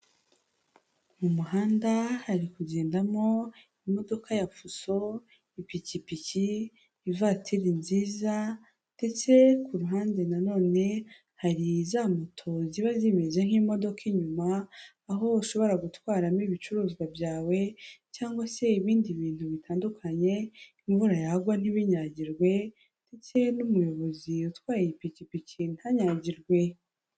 Mu muhanda hari kugendamo imodoka ya fuso, ipikipiki, ivatiri nziza ndetse ku ruhande na none hari za moto ziba zimeze nk'imodoka inyuma aho ushobora gutwaramo ibicuruzwa byawe cyangwa se ibindi bintu bitandukanye, imvura yagwa ntibinyagirwe ndetse n'umuyobozi utwaye ipikipiki ntanyagirwe.